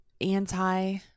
anti